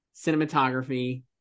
cinematography